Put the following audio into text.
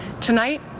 Tonight